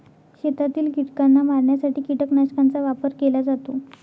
शेतातील कीटकांना मारण्यासाठी कीटकनाशकांचा वापर केला जातो